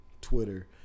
Twitter